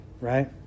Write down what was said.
right